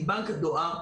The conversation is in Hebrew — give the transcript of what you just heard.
עם בנק הדואר,